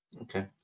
okay